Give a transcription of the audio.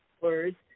words